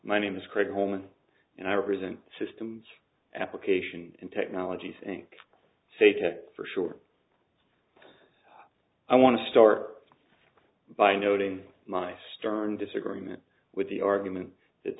my name is craig homan and i represent systems application and technology think say to for sure i want to store by noting my stern disagreement with the argument that